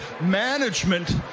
management